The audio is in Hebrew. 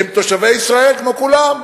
הם תושבי ישראל כמו כולם.